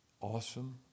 awesome